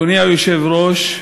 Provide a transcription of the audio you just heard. אדוני היושב-ראש,